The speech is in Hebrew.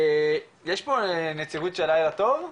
יש פה נציגות של לילה טוב?